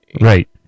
Right